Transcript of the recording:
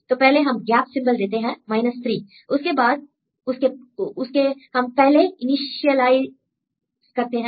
तो पहले हम गैप सिंबल देते हैं 3 उसके बाद उसके हम पहले इनिशियलइस करते हैं